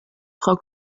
frau